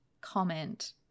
comment